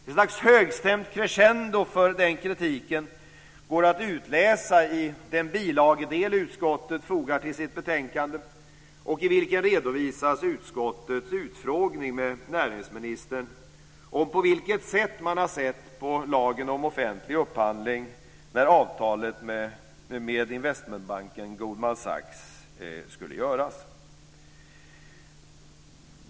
Ett slags högstämt crescendo för den kritiken går att utläsa i den bilagedel som utskottet fogar till sitt betänkande, i vilken redovisas utskottets utfrågning med näringsmininstern och på vilket sätt man har sett på lagen om offentlig upphandling när avtalet med investmentbanken Goldman Sachs skulle göras.